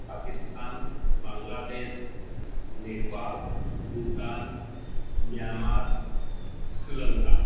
Pakistan Bangladesh Nepal Bhutan Myanmar Sri Lanka